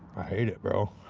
i hate it bro.